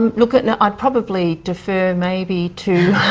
look, and i'd probably defer maybe to.